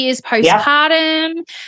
postpartum